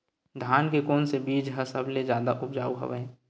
धान के कोन से बीज ह सबले जादा ऊपजाऊ हवय?